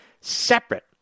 separate